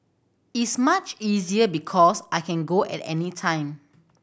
is much easier because I can go at any time